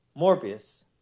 Morbius